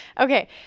Okay